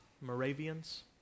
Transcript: Moravians